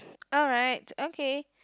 alright okay